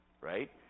right